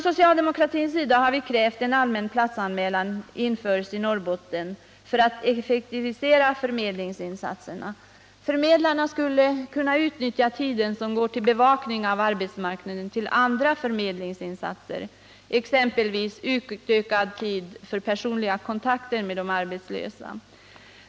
Socialdemokraterna har krävt att allmän platsanmälan införs i Norrbotten för att effektivisera förmedlingsinsatserna. Förmedlarna skulle då kunna utnyttja den tid som går åt till bevakning av arbetsmarknaden till andra förmedlingsinsatser, exempelvis utökad tid för personliga kontakter med de arbetslösa.